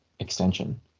extension